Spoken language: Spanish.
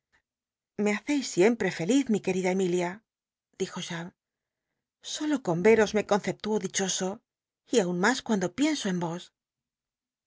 i c e feliz mi querida emilia dijo cham sol o con veros me conceptúo dichoso y aun mas cuando pienso en vos